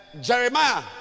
Jeremiah